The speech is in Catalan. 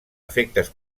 efectes